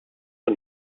und